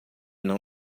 não